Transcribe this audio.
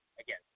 again